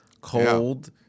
cold